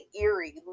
eerie